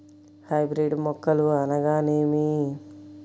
Hybrid మొక్కలు అనగానేమి?